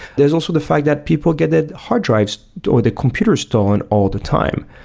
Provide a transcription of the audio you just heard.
there's also the fact that people get that hard drives or the computer stolen all the time.